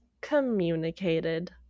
communicated